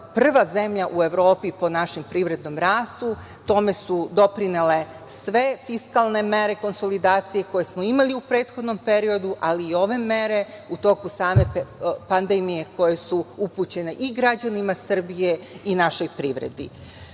prva zemlja u Evropi po našem privrednom rastu. Tome su doprinele sve fiskalne mere konsolidacije koje smo imali u prethodnom periodu, ali i ove mere u toku same pandemije koje su upućene i građanima Srbije i našoj privredi.U